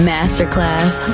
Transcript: Masterclass